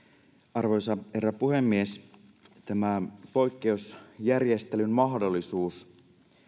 arvoisa herra puhemies tämä poikkeusjärjestelyn mahdollisuus